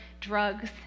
drugs